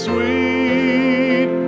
Sweet